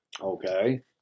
Okay